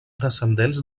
descendents